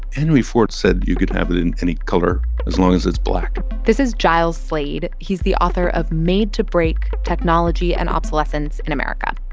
henry ford said you could have it in any color as long as it's black this is giles slade. he's the author of made to break technology and obsolescence in america.